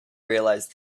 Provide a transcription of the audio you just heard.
realise